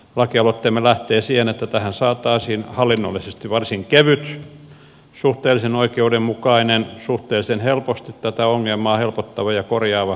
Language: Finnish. lakialoitteemme lähtee siitä että tähän saataisiin hallinnollisesti varsin kevyt suhteellisen oikeudenmukainen suhteellisen helposti tätä ongelmaa helpottava ja korjaava ratkaisu